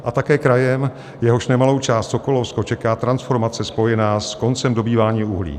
A také krajem, jehož nemalou část, Sokolovsko, čeká transformace spojená s koncem dobývání uhlí.